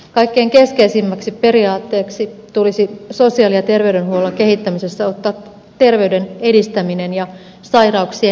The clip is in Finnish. kaikkein keskeisimmäksi periaatteeksi tulisi sosiaali ja terveydenhuollon kehittämisessä ottaa terveyden edistäminen ja sairauksien ennaltaehkäisy